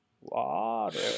water